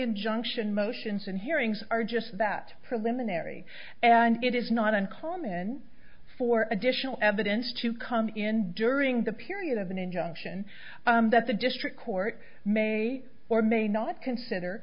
injunction motions and hearings are just that preliminary and it is not uncommon for additional evidence to come in during the period of an injunction that the district court may or may not consider